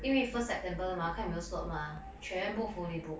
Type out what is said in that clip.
因为 first september mah 看有没有 slot mah 全部 fully book